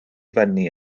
fyny